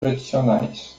tradicionais